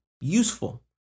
useful